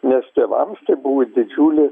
nes tėvams čia buvo didžiulis